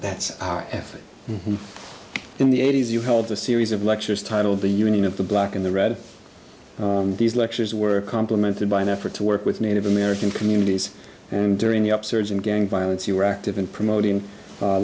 that's our effort in the eighty's you held a series of lectures titled the union of the black in the red these lectures were complemented by an effort to work with native american communities and during the upsurge in gang violence you were active in promoting